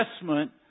investment